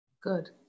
Good